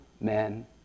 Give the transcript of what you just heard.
men